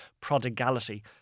prodigality